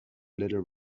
little